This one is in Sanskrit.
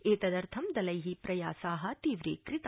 एतदर्थं दलै प्रयासा तीव्रीकृता